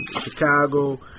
Chicago